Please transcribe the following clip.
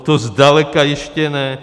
To zdaleka ještě ne.